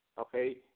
okay